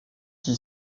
qui